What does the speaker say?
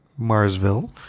Marsville